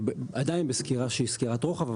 עדין בסקירה שהיא סקירת רוחב,